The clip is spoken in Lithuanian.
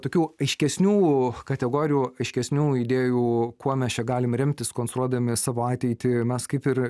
tokių aiškesnių kategorijų aiškesnių idėjų kuo mes čia galim remtis konstruodami savo ateitį mes kaip ir